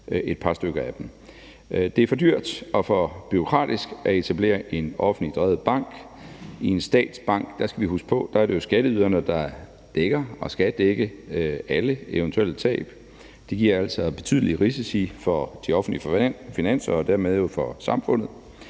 et par stykker af dem. Det er for dyrt og for bureaukratisk at etablere en offentligt drevet bank. I en statsbank er det – det skal vi jo huske på – skatteyderne, der skal dække alle eventuelle tab, og det giver altså betydelige risici for de offentlige finanser og dermed jo også for samfundet.